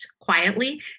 quietly